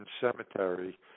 Cemetery